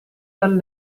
dal